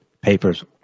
papers